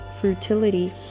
fertility